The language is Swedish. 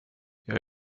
jag